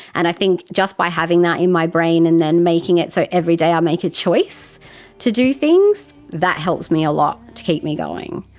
and i think just by having that in my brain and then making it so every day i make a choice to do things, that helps me a lot, to keep me going.